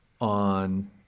on